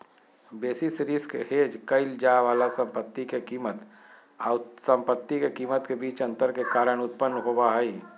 basis risk hedge क़इल जाय वाला संपत्ति के कीमत आऊ संपत्ति के कीमत के बीच अंतर के कारण उत्पन्न होबा हइ